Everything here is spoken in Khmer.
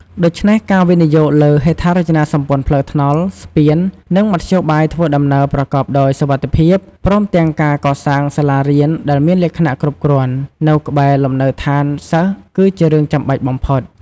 ដូច្នេះ ការវិនិយោគលើហេដ្ឋារចនាសម្ព័ន្ធផ្លូវថ្នល់ ស្ពាន និងមធ្យោបាយធ្វើដំណើរប្រកបដោយសុវត្ថិភាព ព្រមទាំងការកសាងសាលារៀនដែលមានលក្ខណៈគ្រប់គ្រាន់នៅក្បែរលំនៅឋានសិស្ស គឺជារឿងចាំបាច់បំផុត។